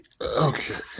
okay